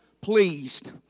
pleased